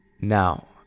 Now